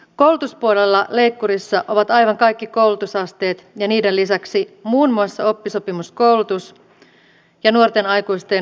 koulutuspuolella leikkurissa ovat aivan kaikki koulutusasteet ja niiden lisäksi muun muassa oppisopimuskoulutus ja nuorten aikuisten osaamisohjelma